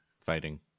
fighting